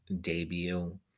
debut